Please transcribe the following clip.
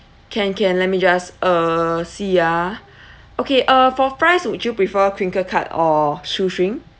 can can let me just uh see ah okay uh for fries would you prefer crinkle cut or shoestring